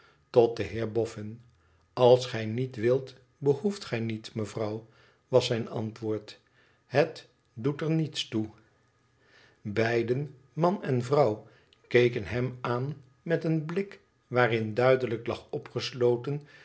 tot den heer boffin als gij niet wilt behoeft gij niet mevrouw was zijn antwoord het doet er niets toe beiden man en vrouw keken hem aan met een blik waarin duidelijk lag opgesloten